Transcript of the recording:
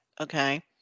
Okay